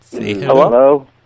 hello